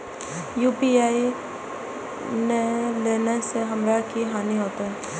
UPI ने लेने से हमरो की हानि होते?